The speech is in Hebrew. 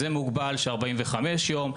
זה מוגבל ש-45 יום,